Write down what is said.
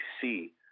see